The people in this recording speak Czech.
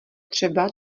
třeba